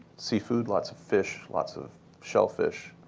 seafood, lots of fish, lots of shellfish.